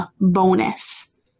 bonus